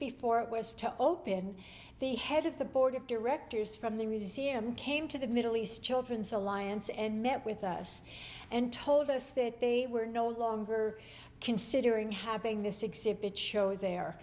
before it was to open the head of the board of directors from the reason c m came to the middle east children so alliance and met with us and told us that they were no longer considering having this exhibit show there